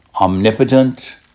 omnipotent